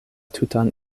tutan